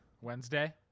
Wednesday